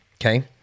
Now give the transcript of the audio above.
okay